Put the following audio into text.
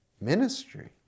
Ministry